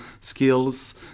skills